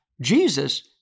Jesus